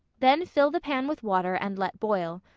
then fill the pan with water and let boil.